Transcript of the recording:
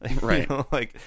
Right